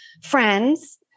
friends